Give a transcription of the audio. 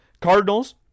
Cardinals